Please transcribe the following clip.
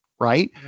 Right